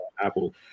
Apple